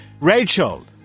Rachel